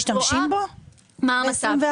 את רואה מה המצב,